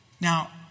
Now